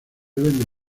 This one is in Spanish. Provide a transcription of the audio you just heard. deben